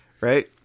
right